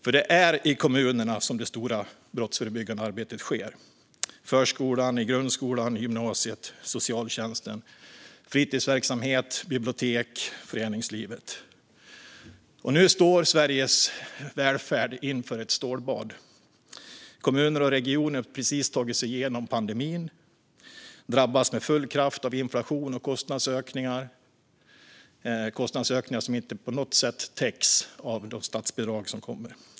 Det är nämligen i kommunerna som det stora brottsförebyggande arbetet sker - i förskolan, grundskolan och gymnasiet, liksom i socialtjänsten, i fritidsverksamhet, på bibliotek och i föreningslivet. Nu står Sveriges välfärd inför ett stålbad. Kommuner och regioner, som precis har tagit sig igenom pandemin, drabbas med full kraft av inflation och kostnadsökningar - som inte på något sätt täcks av de statsbidrag som kommer.